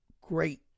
Great